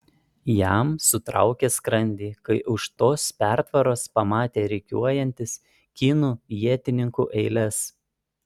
jam sutraukė skrandį kai už tos pertvaros pamatė rikiuojantis kinų ietininkų eiles